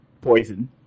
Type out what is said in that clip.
poison